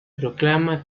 proclama